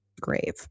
grave